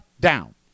down